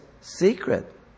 secret